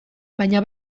baina